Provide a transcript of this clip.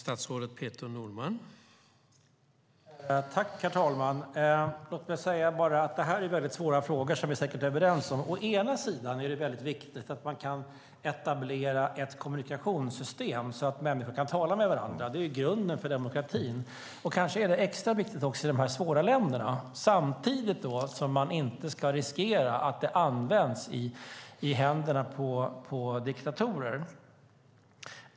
Herr talman! Låt mig säga att detta är svåra frågor som vi säkert är överens om. Å ena sidan är det viktigt att man kan etablera ett kommunikationssystem så att människor kan tala med varandra. Det är grunden för demokratin. Kanske är det extra viktigt i de här svåra länderna. Å andra sidan ska man inte riskera att det används i händerna på diktatorer.